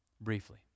Briefly